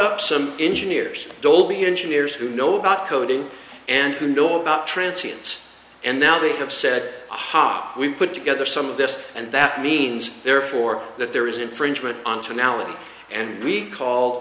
up some engineers dolby engineers who know about coding and who know about translations and now they have said ha we put together some of this and that means therefore that there is infringement on finale and we call